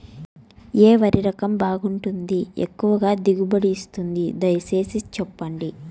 ఏ వరి రకం బాగుంటుంది, ఎక్కువగా దిగుబడి ఇస్తుంది దయసేసి చెప్పండి?